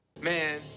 Man